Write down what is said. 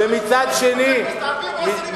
חבר כנסת ערבי מספיק, חבר הכנסת.